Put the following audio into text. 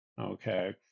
okay